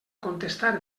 contestar